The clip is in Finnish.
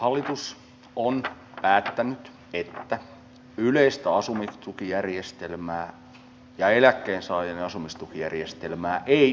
hallitus on päättänyt että yleistä asumistukijärjestelmää ja eläkkeensaajien asumistukijärjestelmää ei yhdistetä